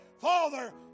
Father